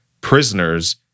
Prisoners